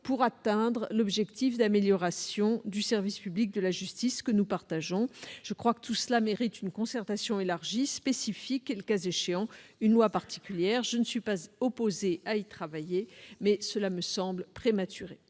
pour atteindre l'objectif d'amélioration du service public de la justice que nous partageons. Ces points méritent une concertation élargie et spécifique et, le cas échéant, une loi particulière. Je ne suis pas opposée à y travailler. Telles sont les raisons